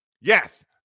yes